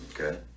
Okay